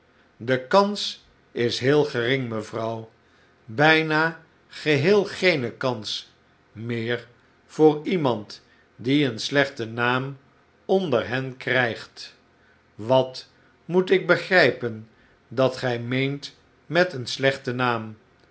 de kans is heel gering mevrouw bijna geheel geene kans meer voor iemand die een slechten naam onder hen krijgt wat moet ik begrijpen dat gij meent met een slechten naam